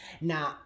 now